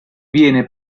viene